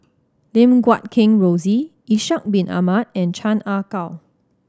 Lim Guat Kheng Rosie Ishak Bin Ahmad and Chan Ah Kow